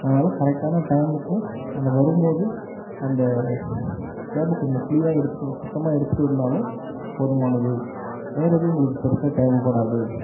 அதனால கரெக்ட்டான டைம்முக்கும் அந்த வரும் போது அந்த கேப்பை கொஞ்சம் கிளீன்னாக எடுத்துகிட்டு சுத்தமாக எடுத்துட்டு வந்தாலும் போதுமானது வேற எதுவும் எங்களுக்கு பெருசாக தேவைபடாது